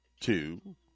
Two